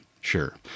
Sure